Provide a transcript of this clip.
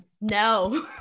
no